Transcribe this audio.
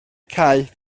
cau